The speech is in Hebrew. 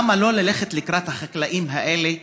למה לא ללכת לקראת החקלאים האלה?